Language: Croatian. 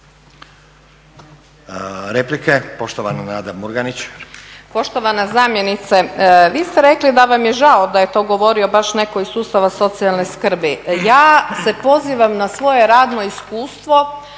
repliku. Poštovana Nada Murganić.